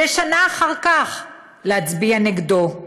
ושנה אחר כך להצביע נגדו,